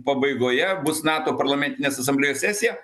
pabaigoje bus nato parlamentinės asamblėjos sesija